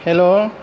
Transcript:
हेल'